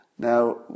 Now